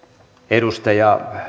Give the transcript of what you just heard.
edustaja